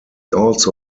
also